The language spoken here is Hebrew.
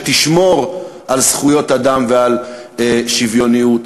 שתשמור על זכויות אדם ועל שוויוניות.